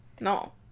No